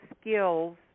skills